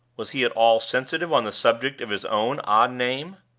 was he at all sensitive on the subject of his own odd name?